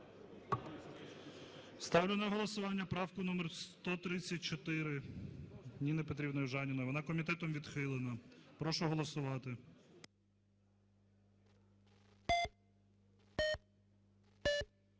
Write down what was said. Ставлю на голосування правку номер 134 Ніни Петрівни Южаніної, вона комітетом відхилена. Прошу голосувати.